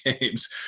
games